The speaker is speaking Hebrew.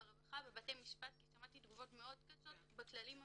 ברווחה ובבתי משפט כי שמעתי תגובות מאוד קשות --- כלפיהם.